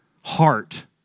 heart